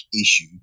issue